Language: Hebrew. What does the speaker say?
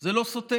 זה לא סותר.